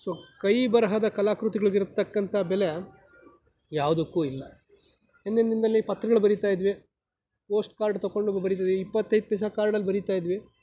so ಕೈ ಬರಹದ ಕಲಾಕೃತಿಗಳಿಗಿರತಕ್ಕಂಥ ಬೆಲೆ ಯಾವುದಕ್ಕೂ ಇಲ್ಲ ಹಿಂದಿನ ದಿನದಲ್ಲಿ ಪತ್ರಗಳು ಬರಿತಾಯಿದ್ವಿ ಪೋಸ್ಟ್ ಕಾರ್ಡ್ ತೊಕೊಂಡು ಬರಿತಿದ್ವಿ ಇಪ್ಪತ್ತೈದು ಪೈಸೆ ಕಾರ್ಡಲ್ಲಿ ಬರಿತಾಯಿದ್ವಿ